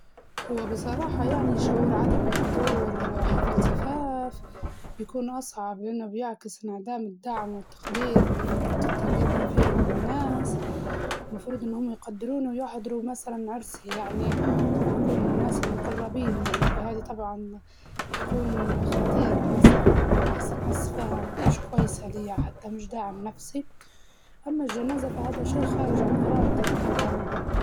هو بصراحة يعني شعور عدم حظور حفل زفاف بيكون أصعب لأنه بيعكس انعدام الدعم والتقدير، لأن أنت تقدم فيه من الناس والمفروض إنه هم يقدرون ويحضروا مسلاً عرسي، يعني ويكونوا الناس المقربين يعني فهادي طبعاً تكون خطيرة مسلاً، أو نح- نحس فيها مش كويسة ليا حتى مش دعم نفسي، أما الجنازة فهدا شي خارج عن إرادتك طبعاً.